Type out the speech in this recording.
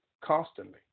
constantly